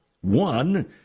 One